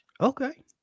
Okay